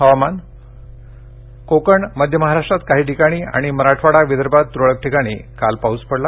हवामान कोकण मध्य महाराष्ट्रात काही ठिकाणी आणि मराठवाडा विदर्भात तुरळक ठिकाणी काल पाऊस पडला